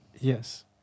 yes